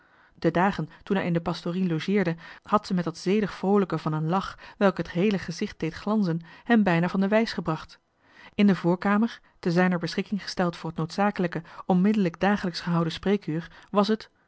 de dagen toen hij in de pastorie logeerde had ze met dat zedig vroolijke van een lach welke het heele gezicht deed glanzen hem bijna van de wijs gebracht in de voorkamer te zijner beschikking gesteld voor het noodzakelijke onmiddellijk dagelijks gehouden spreekuur was het